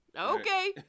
Okay